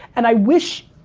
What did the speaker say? and i wish,